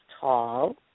tall